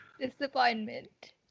Disappointment